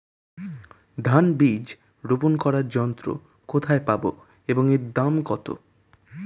ধান বীজ রোপন করার যন্ত্র কোথায় পাব এবং এর দাম কত?